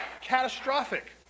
catastrophic